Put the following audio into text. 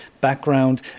background